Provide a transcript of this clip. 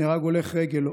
נהרג הולך רגל,